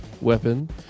weapon